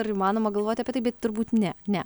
ar įmanoma galvoti apie tai bet turbūt ne ne